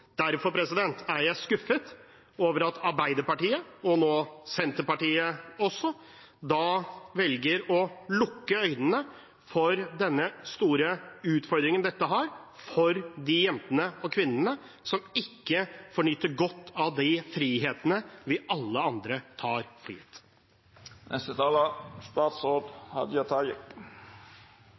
er jeg skuffet over at Arbeiderpartiet – og nå også Senterpartiet – velger å lukke øynene for den store utfordringen dette er for de jentene og kvinnene som ikke får nyte godt av de frihetene alle vi andre tar